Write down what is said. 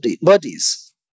bodies